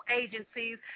agencies